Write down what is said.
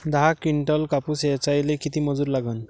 दहा किंटल कापूस ऐचायले किती मजूरी लागन?